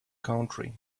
country